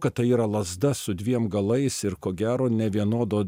kad tai yra lazda su dviem galais ir ko gero nevienodo